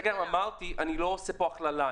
אמרתי שאני לא עושה פה הכללה,